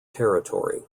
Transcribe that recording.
territory